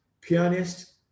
pianist